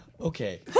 Okay